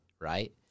right